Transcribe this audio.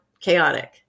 chaotic